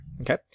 okay